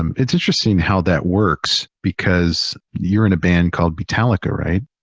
um it's interesting how that works because you're in a band called beatallica, right?